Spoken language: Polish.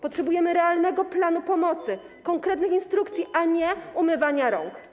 Potrzebujemy realnego planu pomocy, konkretnych instrukcji, a nie umywania rąk.